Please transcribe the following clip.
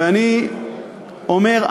ואני אומר,